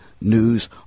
news